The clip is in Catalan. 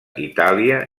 itàlia